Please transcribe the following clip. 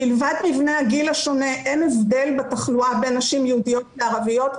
מלבד מבנה הגיל השונה אין הבדל בתחלואה בין נשים יהודיות לערביות,